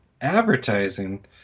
advertising